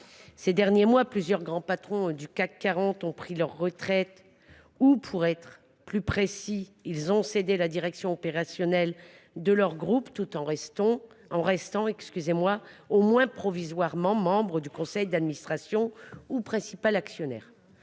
Ces derniers mois, plusieurs grands patrons du CAC 40 ont pris leur retraite ; ou, pour être plus précis, ils ont cédé la direction opérationnelle de leur groupe tout en restant, au moins provisoirement, actionnaires principaux ou membres